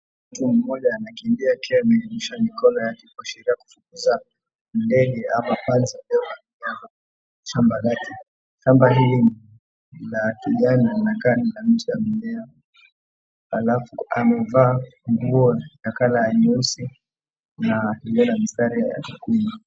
Mtu mmoja anakimbia akimnyoosha mikono yake kuashiria kufukuza ndege ama panzi kwa shamba lake. Shamba hili la kijani anakaa ina miti na mimea. Alafu amevaa nguo ya colour nyeusi na ile ya mistari ya nyekundu.